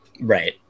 Right